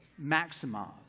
maximize